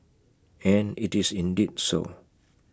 and IT is indeed so